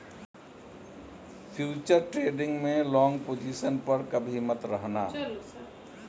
futures trading में long position पर कभी मत रहना